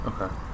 okay